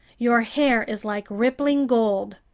your hair is like rippling gold.